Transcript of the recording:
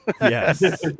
Yes